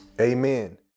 amen